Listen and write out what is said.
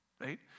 right